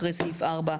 אחרי סעיף (4)